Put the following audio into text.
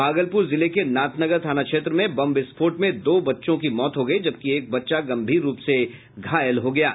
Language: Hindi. भागलपुर जिले के नाथनगर थाना क्षेत्र में बम विस्फोट में दो बच्चों की मौत हो गयी जबकि एक बच्चा गंभीर रूप से घायल हो गया है